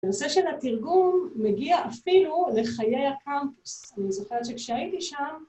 ‫הנושא של התרגום מגיע אפילו ‫לחיי הקמפוס. ‫אני זוכרת שכשהייתי שם...